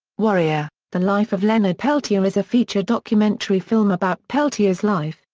warrior, the life of leonard peltier is a feature documentary film about peltier's life,